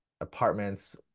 apartments